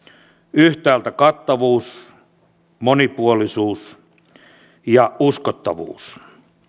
yhtäältä kattavuus monipuolisuus ja uskottavuus